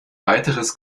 weiteres